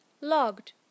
logged